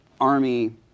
Army